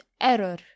error